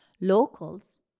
Locals